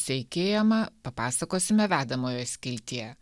seikėjama papasakosime vedamojo skiltyje